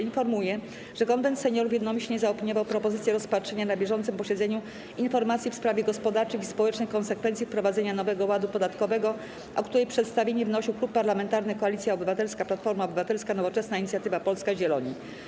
Informuję, że Konwent Seniorów jednomyślnie zaopiniował propozycję rozpatrzenia na bieżącym posiedzeniu informacji w sprawie gospodarczych i społecznych konsekwencji wprowadzenia nowego ładu podatkowego, o której przedstawienie wnosił Klub Parlamentarny Koalicja Obywatelska - Platforma Obywatelska, Nowoczesna, Inicjatywa Polska, Zieloni.